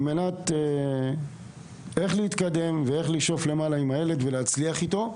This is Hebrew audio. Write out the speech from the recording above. מנת שנדע איך להתקדם ואיך לשאוף למעלה יחד עם הילד ולהצליח איתו.